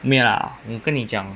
没有啦我跟你讲